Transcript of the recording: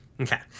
okay